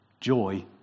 Joy